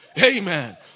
Amen